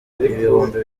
ibihumbi